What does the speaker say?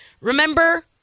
Remember